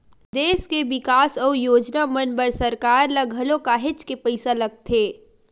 देस के बिकास अउ योजना मन बर सरकार ल घलो काहेच के पइसा लगथे